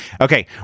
okay